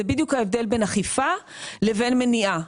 זה בדיוק ההבדל בין אכיפה לבין מניעה.